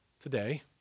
today